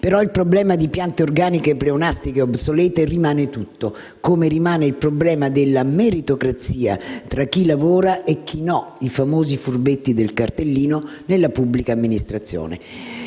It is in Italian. mese. Il problema di piante organiche pleonastiche ed obsolete, però, rimane tutto, come rimane il problema della meritocrazia tra chi lavora e chi no (i famosi furbetti del cartellino) nella pubblica amministrazione.